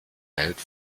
welt